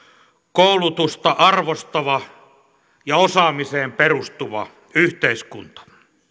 koulutusta arvostava ja osaamiseen perustuva yhteiskunta